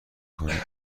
کنه